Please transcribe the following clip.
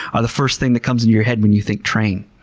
are the first thing that comes into your head when you think train.